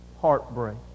heartbreak